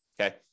Okay